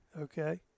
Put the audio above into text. okay